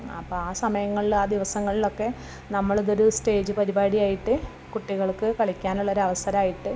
അപ്പോൾ ആ സമയങ്ങളിൽ ആ ദിവസങ്ങളിലൊക്കെ നമ്മൾ ഇതൊരു സ്റ്റേജ് പരിപാടിയായിട്ട് കുട്ടികൾക്ക് കളിക്കാനുള്ളൊരു അവസരമായിട്ട്